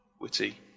witty